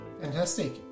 Fantastic